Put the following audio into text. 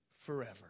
forever